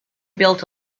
built